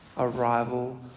Arrival